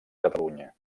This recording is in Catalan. catalunya